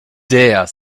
dare